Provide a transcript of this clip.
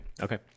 Okay